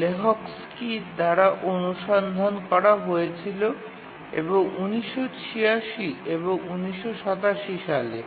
Lehoczky দ্বারা অনুসন্ধান করা হয়েছিল এবং ১৯৮৬ এবং ১৯৮৭ সালে